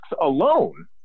alone